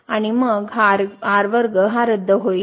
आणि मग हा रद्द होईल